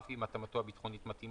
אף אם התאמתו הביטחונית מתאימה,